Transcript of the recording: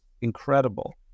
incredible